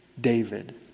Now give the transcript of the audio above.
David